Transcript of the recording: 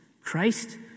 Christ